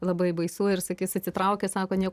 labai baisu ir sakys atsitraukęs sako nieko